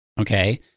okay